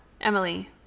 Emily